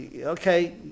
okay